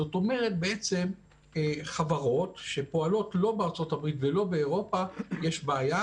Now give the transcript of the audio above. זאת אומרת שלחברות שפועלות לא בארצות הברית ולא באירופה יש בעיה,